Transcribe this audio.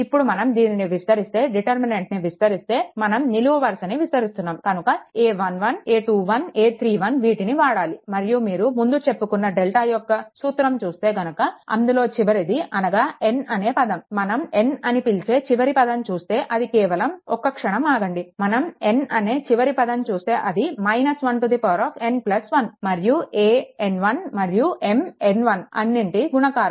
ఇప్పుడు మనం దీనిని విస్తరిస్తే ఈ డిటర్మినెంట్ని విస్తరిస్తే మనం నిలువు వరుసని విస్తరిస్తున్నాము కనుక a11 a21 a31 వీటిని వాడాలి మరియు మీరు ముందు చెప్పుకున్న డెల్టా సూత్రం చూస్తే గనుక అందులో చివరిది అనగా n అనే పదం మనం n అని పిలిచే చివరి పదం చూస్తే అది కేవలం ఒక్క క్షణం ఆగండి మనం n అనే చివరి పదం చూస్తే అది n 1 మరియు an1 మరియు Mn1 అన్నిటి గుణకారం